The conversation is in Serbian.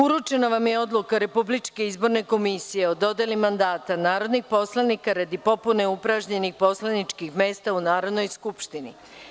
Uručena vam je odluka Republičke izborne komisije od dodeli mandata narodnih poslanika radi popune upražnjenih poslaničkih mesta u Narodnoj skupštini.